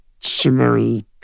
shimmery